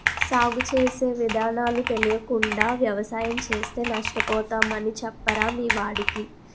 సాగు చేసే విధానాలు తెలియకుండా వ్యవసాయం చేస్తే నష్టపోతామని చెప్పరా మీ వాడికి